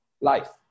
life